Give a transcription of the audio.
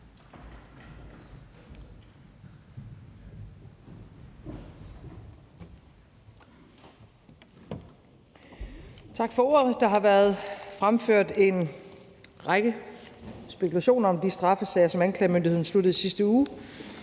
Tak for ordet. Der har været fremført en række spekulationer om de straffesager, som anklagemyndigheden sluttede i sidste uge.